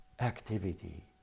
activity